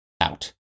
out